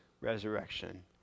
resurrection